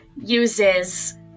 uses